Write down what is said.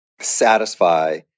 satisfy